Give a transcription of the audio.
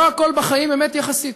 לא הכול בחיים אמת יחסית,